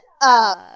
up